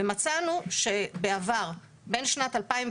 מצאנו שבעבר, בין שנת 2007